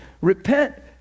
repent